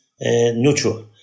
neutral